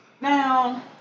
now